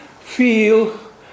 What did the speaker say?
feel